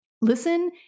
listen